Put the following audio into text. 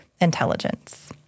intelligence